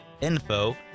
info